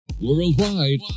Worldwide